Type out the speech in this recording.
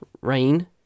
Rain